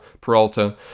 Peralta